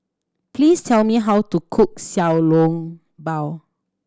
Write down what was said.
please tell me how to cook Xiao Long Bao